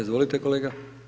Izvolite kolega.